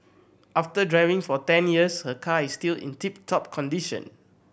after driving for ten years her car is still in tip top condition